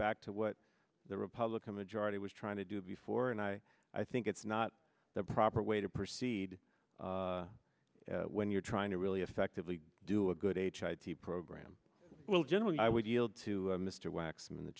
back to what the republican majority was trying to do before and i i think it's not the proper way to proceed when you're trying to really effectively do a good h i t program will generally i would yield to mr waxman the